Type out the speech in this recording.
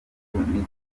y’igihugu